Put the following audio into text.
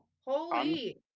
Holy